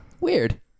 weird